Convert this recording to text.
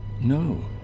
No